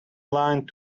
line